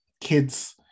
Kids